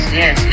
yes